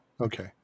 Okay